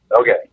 Okay